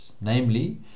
namely